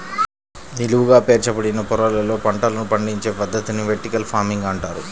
నిలువుగా పేర్చబడిన పొరలలో పంటలను పండించే పద్ధతిని వెర్టికల్ ఫార్మింగ్ అంటారు